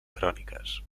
cròniques